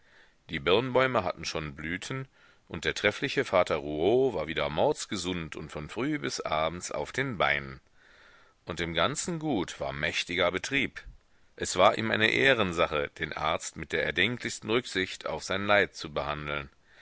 die birnbäume hatten schon blüten und der treffliche vater rouault war wieder mordsgesund und von früh bis abend auf den beinen und im ganzen gut war mächtiger betrieb es war ihm eine ehrensache den arzt mit der erdenklichsten rücksicht auf sein leid zu behandeln